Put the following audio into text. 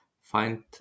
find